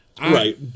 Right